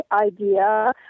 idea